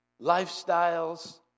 lifestyles